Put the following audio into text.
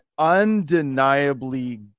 undeniably